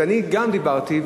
ואני גם דיברתי,